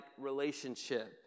relationship